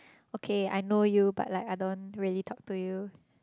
okay I know you but like I don't really talk to you